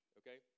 okay